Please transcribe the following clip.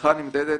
ההצלחה נמדדת